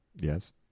Yes